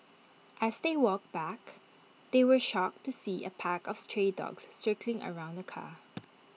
as they walked back they were shocked to see A pack of stray dogs circling around the car